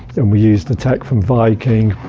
and we used the tech from viking.